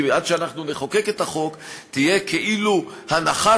כי עד שנחוקק את החוק תהיה כאילו הנחה